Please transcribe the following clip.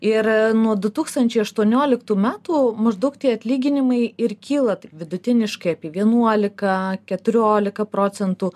ir nuo du tūkstančiai aštuonioliktų metų maždaug tie atlyginimai ir kyla vidutiniškai apie vienuolika keturiolika procentų